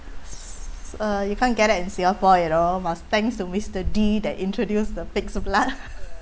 uh you can't get it in singapore you know must thanks to mister D that introduce the pig's blood